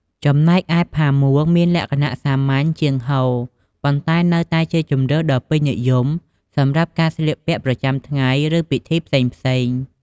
ចំណែកឯ ផាមួងមានលក្ខណៈសាមញ្ញជាងហូល ប៉ុន្តែនៅតែជាជម្រើសដ៏ពេញនិយមសម្រាប់ការស្លៀកពាក់ប្រចាំថ្ងៃ ឬពិធីផ្សេងៗ។